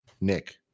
Nick